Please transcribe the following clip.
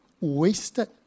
wasted